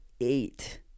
eight